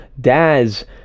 Daz